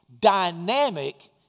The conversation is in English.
dynamic